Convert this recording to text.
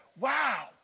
wow